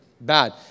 bad